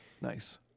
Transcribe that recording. nice